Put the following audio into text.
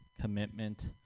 commitment